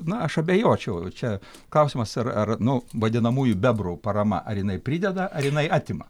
na aš abejočiau čia klausimas ar ar nu vadinamųjų bebrų parama ar jinai prideda ar jinai atima